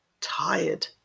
Tired